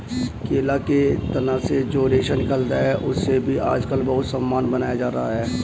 केला के तना से जो रेशा निकलता है, उससे भी आजकल बहुत सामान बनाया जा रहा है